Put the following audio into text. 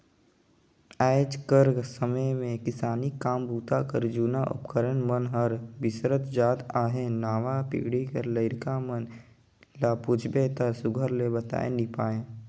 आएज कर समे मे किसानी काम बूता कर जूना उपकरन मन हर बिसरत जात अहे नावा पीढ़ी कर लरिका मन ल पूछबे ता सुग्घर ले बताए नी पाए